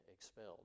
expelled